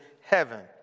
heaven